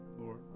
Lord